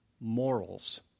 morals